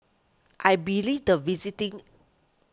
I believe the visiting